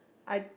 I